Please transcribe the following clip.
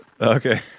Okay